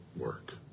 work